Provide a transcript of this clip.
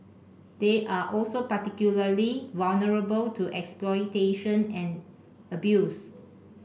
they are also particularly vulnerable to exploitation and abuse